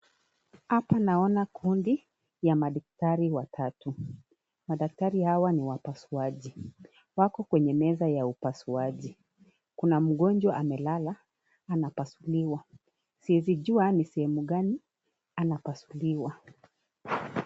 Hapa naona kundi ya madaktari watatu, madaktari hawa ni wapasuaji wako kwenye meza ya upasuaji. Kuna mgonjwa amelala anapasuliwa siwezi juwa ni sehemu gani anapasuliwa.